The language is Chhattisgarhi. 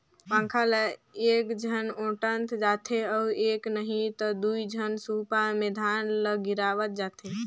पंखा ल एकझन ओटंत जाथे अउ एक नही त दुई झन सूपा मे धान ल गिरावत जाथें